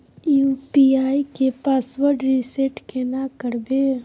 UPI के password reset केना करबे?